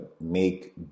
make